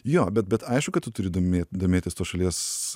jo bet bet aišku kad tu turi domė domėtis tos šalies